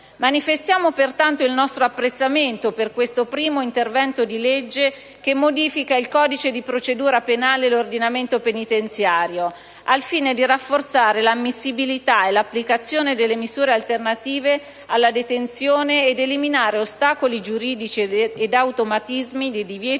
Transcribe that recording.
Manifestiamo pertanto il nostro apprezzamento per questo primo intervento di legge che modifica il codice di procedura penale e l'ordinamento penitenziario, al fine di rafforzare l'ammissibilità e l'applicazione delle misure alternative alla detenzione ed eliminare ostacoli giuridici ed automatismi di divieti